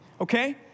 okay